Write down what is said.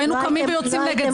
והיינו קמים ויוצאים נגד זה.